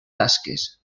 tasques